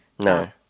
No